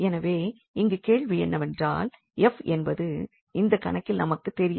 எனவே இங்கு கேள்வி என்னவென்றால் 𝑓 என்பது இந்த கணக்கில் நமக்குத் தெரியாதது